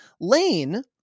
Lane